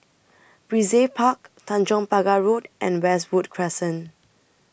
Brizay Park Tanjong Pagar Road and Westwood Crescent